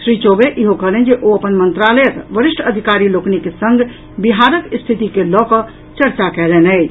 श्री चौबे ईहो कहलनि जे ओ अपन मंत्रालयक वरिष्ठ अधिकारी लोकनिक संग बिहारक स्थिति के लऽ कऽ चर्चा कयलनि अछि